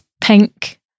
pink